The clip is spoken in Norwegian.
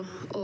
(H)